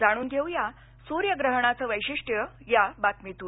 जाणून घेऊ या सूर्यग्रहणाचं वैशिष्ट्य या बातमीतून